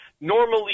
normally